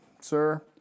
Sir